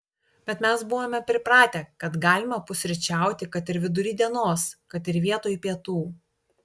bet mes buvome pripratę kad galima pusryčiauti kad ir vidury dienos kad ir vietoj pietų